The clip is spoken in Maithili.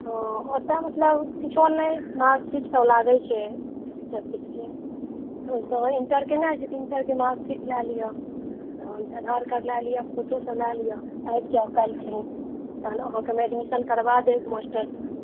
ओतऽ मतलब किछो नहि मार्कशीट टा लागै छै सभ किछुके ओहिसे अहाँ इण्टर केने छी तऽ इण्टरकेँ मार्कशीट लय लिअ आधारकार्ड लय लिअ फोटो सभ लय लिअ आबि जाउ काल्हिखनि तहन हम अहाँके एडमिशन करवा देब मास्टरसँ